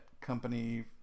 company